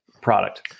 product